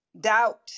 Doubt